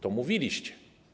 To mówiliście.